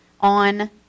on